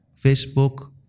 Facebook